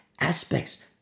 aspects